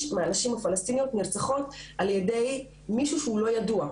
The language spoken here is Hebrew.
מהנשים הפלשתינאיות נרצחות על ידי מישהו שהוא לא ידוע,